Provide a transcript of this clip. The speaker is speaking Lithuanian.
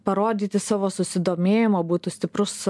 parodyti savo susidomėjimą būtų stiprus